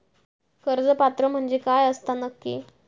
कर्ज पात्र म्हणजे काय असता नक्की?